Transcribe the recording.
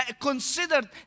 considered